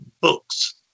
books